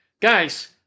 Guys